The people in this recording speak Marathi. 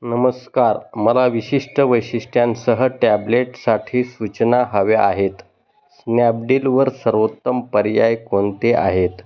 नमस्कार मला विशिष्ट वैशिष्ट्यांसह ट्यॅब्लेटसाठी सूचना हव्या आहेत स्न्यॅपडिलवर सर्वोत्तम पर्याय कोणते आहेत